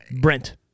Brent